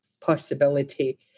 possibility